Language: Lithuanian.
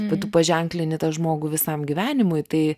bet tu paženklini tą žmogų visam gyvenimui tai